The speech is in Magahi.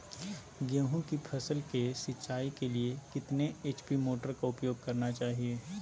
गेंहू की फसल के सिंचाई के लिए कितने एच.पी मोटर का उपयोग करना चाहिए?